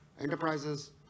enterprises